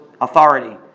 authority